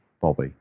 Bobby